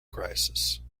crisis